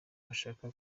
bashaka